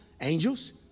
Angels